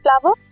flower